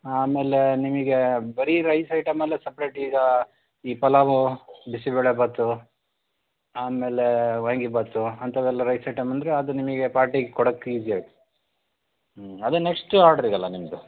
ಆಮೇಲೆ ನಿಮಗೆ ಬರೀ ರೈಸ್ ಐಟಮೆಲ್ಲ ಸಪ್ರೇಟ್ ಈಗ ಈ ಪಲಾವು ಬಿಸಿಬೇಳೆಭಾತು ಆಮೇಲೆ ವಾಂಗಿಭಾತು ಅಂಥವೆಲ್ಲ ರೈಸ್ ಐಟಮ್ ಅಂದರೆ ಅದು ನಿಮಗೆ ಪಾರ್ಟಿಗೆ ಕೊಡಕ್ಕೆ ಈಸಿ ಆಗಿ ಹ್ಞೂ ಅದು ನೆಕ್ಸ್ಟು ಆರ್ಡ್ರಿಗಲ್ಲಾ ನಿಮ್ಮದು